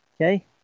Okay